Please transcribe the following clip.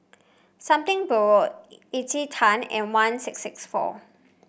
Something Borrowed Encik Tan and one six six four